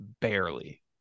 Barely